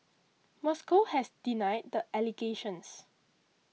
Moscow has denied the allegations